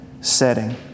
setting